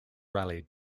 rallied